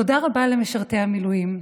תודה רבה למשרתי המילואים.